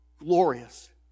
glorious